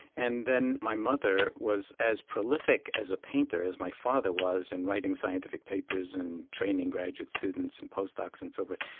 and then my mother was as prolific as a painter as my father was in writing scientific papers and training graduate students and post-docs and so forth,